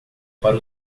para